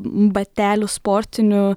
batelių sportinių